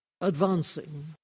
advancing